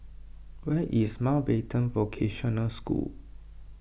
where is Mountbatten Vocational School